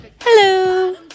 Hello